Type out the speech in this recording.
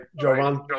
Jovan